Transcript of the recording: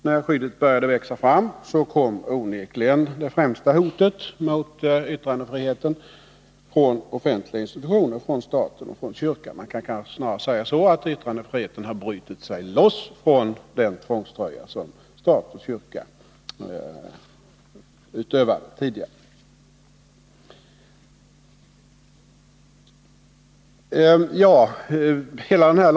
När skyddet började växa fram kom onekligen det främsta hotet mot yttrandefriheten från offentliga institutioner, från staten och kyrkan. Man kan kanske snarast säga att yttrandefriheten har brutit sig loss från statens och kyrkans tidigare tvångströja.